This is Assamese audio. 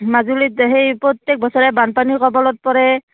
মাজুলীত সেই প্ৰত্যেক বছৰে বানপানীৰ কবলত পৰে